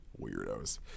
Weirdos